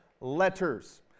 letters